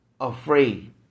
afraid